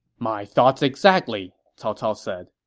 my thoughts exactly, cao cao said.